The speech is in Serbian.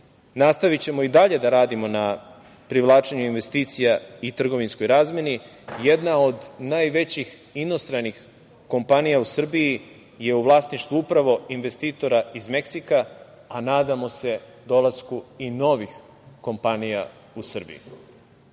nastavićemo i dalje da radimo na privlačenju investicija i trgovinskoj razmeni. Jedna od najvećih inostranih kompanija u Srbiji je u vlasništvu upravo investitora iz Meksika, a nadamo se dolasku i novih kompanija u Srbiju,